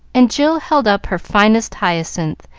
and jill held up her finest hyacinth,